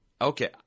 Okay